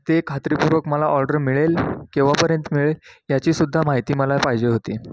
ते खात्रीपूर्वक मला ऑर्डर मिळेल केव्हापर्यंत मिळेल याचीसुद्धा माहिती मला पाहिजे होती